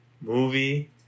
movie